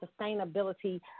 sustainability